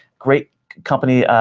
great company.